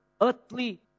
earthly